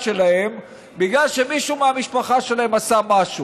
שלהם בגלל שמישהו מהמשפחה שלהם עשה משהו.